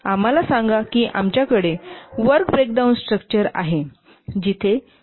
आम्हाला सांगा की आमच्याकडे वर्क ब्रेकडाउन स्ट्रक्चर आहे जिथे लीफ लेव्हल वर्क 2 महिने आहे